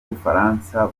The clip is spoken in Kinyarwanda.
bufaransa